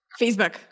Facebook